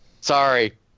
Sorry